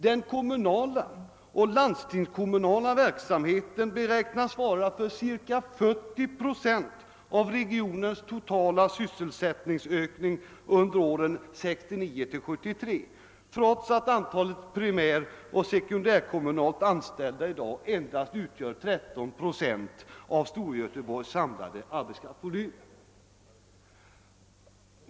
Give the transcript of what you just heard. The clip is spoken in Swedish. Den kommunala och landstingskommunala verksamheten beräknas svara för ca 40 procent av regionens totala sysselsättning under åren 1969—1973, trots att antalet primäroch sekundärkommunalt anställda i dag endast utgör 13 procent av Storgöteborgs samlade arbetskraftsvolym.